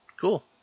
Cool